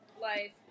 life